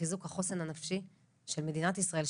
חיזוק החוסן הנפשי של מדינת ישראל,